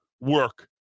work